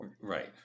Right